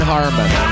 Harmon